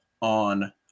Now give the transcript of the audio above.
on